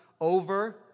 over